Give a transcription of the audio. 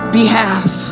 behalf